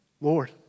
Lord